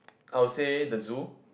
I would say the zoo